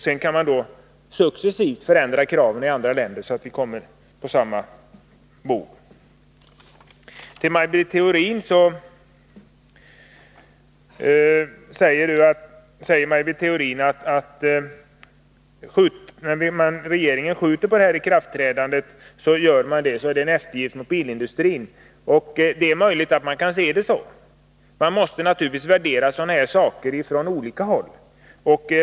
Sedan får kraven successivt ändras i andra länder, så att vi på det sättet kommer i nivå med varandra. Maj Britt Theorin sade, att när regeringen vill skjuta på ikraftträdandet, är det fråga om en eftergift åt bilindustrin. Det är möjligt att man kan se saken på det sättet. Naturligtvis måste man värdera sådana här saker från olika utgångspunkter.